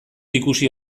ikusi